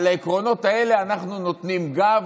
לעקרונות האלה אנחנו נותנים גב.